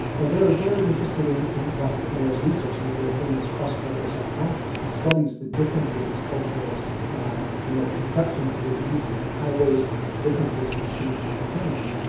and they are very interested in in dr kirmayer's research, he's a very famous cross cultural psychiatrist, he studies the differences cultures have in their conception of diseases and how those differences can change over time.